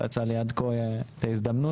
לא הייתה לי עד כה את ההזדמנות,